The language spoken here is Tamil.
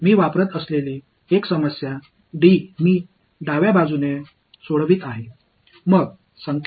அங்கே ஒரு சிக்கல் உள்ளது நான் அதை இடது புறத்தால் தீர்க்கிறேன்